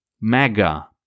Mega